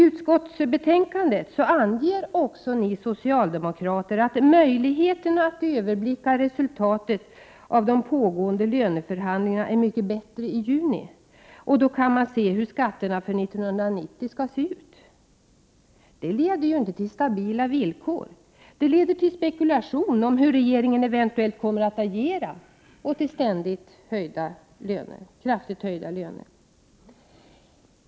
Utskottets socialdemokrater anger i betänkandet att möjligheterna att överblicka resultatet av de pågående löneförhandlingarna är mycket bättre i juni, och då kan man se hur skatterna för 1990 skall se ut. Detta leder ju inte till stabila villkor, utan i stället till spekulation om hur regeringen eventuellt kommer att agera och till ständigt kraftigt höjda löner.